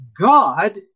God